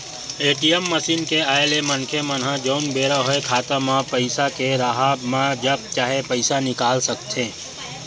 ATM machine के आय ले मनखे मन ह जउन बेरा होय खाता म पइसा के राहब म जब चाहे पइसा निकाल सकथे